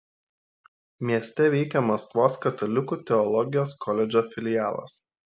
mieste veikia maskvos katalikų teologijos koledžo filialas